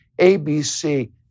ABC